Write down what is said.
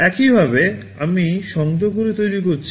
এইভাবে আমি সংযোগগুলি তৈরি করেছি